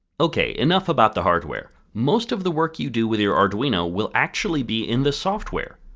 okay enough about the hardware. most of the work you do with your arduino will actually be in the software.